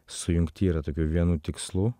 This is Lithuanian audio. sujungti yra tokiu vienu tikslu